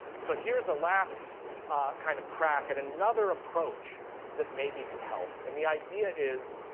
so here's a last kind of crack at another approach that maybe could help. and the idea is,